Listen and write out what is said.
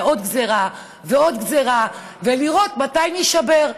עוד גזרה ועוד גזרה ולראות מתי נישבר.